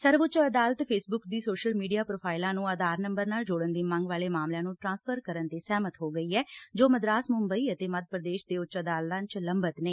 ਸਰਵਉੱਚ ਅਦਾਲਤ ਫੇਸਬੁੱਕ ਦੀ ਸੋਸ਼ਲ ਮੀਡੀਆ ਪ੍ਰੋਫਾਈਲਾਂ ਨੂੰ ਆਧਾਰ ਨੰਬਰ ਨਾਲ ਜੋੜਨ ਦੀ ਮੰਗ ਵਾਲੇ ਮਾਮਲਿਆਂ ਨੂੰ ਟਰਾਂਸਫਰ ਕਰਨ ਤੇ ਸਹਿਮਤ ਹੋ ਗਈ ਐ ਜੋ ਮਦਰਾਸ ਮੂੰਬਾਈ ਅਤੇ ਮੱਧ ਪ੍ਰਦੇਸ਼ ਦੇ ਉੱਚ ਅਦਾਲਤਾਂ ਚ ਲੰਬਤ ਨੇ